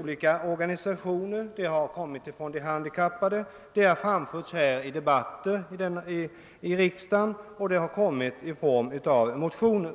olika organisationer, t.ex. från de handikappade, och här i riksdagen såväl i kamrarnas debatter som i form av motioner.